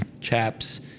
chaps